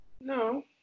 No